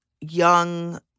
young